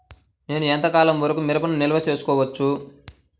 నేను ఎంత కాలం వరకు మిరపను నిల్వ చేసుకోవచ్చు?